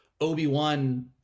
Obi-Wan